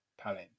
talent